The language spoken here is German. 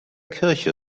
kirche